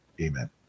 Amen